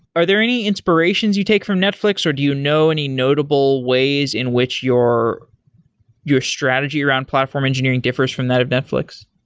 are there any inspirations you take from netflix or do you know any notable ways in which your your strategy around platform engineering differs from that of netflix?